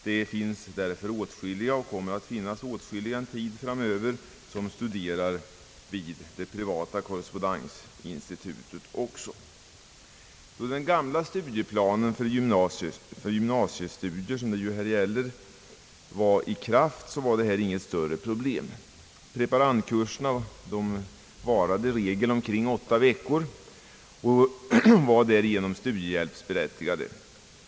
Det finns därför åtskilliga och kommer en tid framöver att finnas många, som studerar vid det privata korrespondensinstitutet. Då den gamla studieplanen för gymnasiestudier gällde var detta inget större problem. Preparandkurserna varade i regel omkring åtta veckor och var studiehjälpsberättigade.